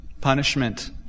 Punishment